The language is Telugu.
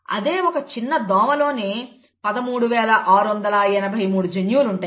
అదే ఒక చిన్న దోమ లోనే 13683 జన్యువులు ఉంటాయి